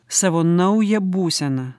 savo naują būseną